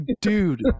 dude